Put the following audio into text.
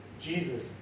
Jesus